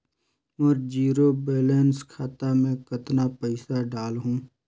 मोर zero balance खाता मे कतना पइसा डाल हूं?